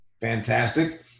Fantastic